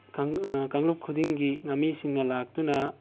ꯀꯥꯡꯂꯨꯞ ꯈꯨꯗꯤꯡꯒꯤ ꯉꯥꯃꯤꯁꯤꯡꯅ ꯂꯥꯛꯇꯨꯅ